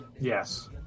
Yes